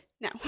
No